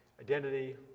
identity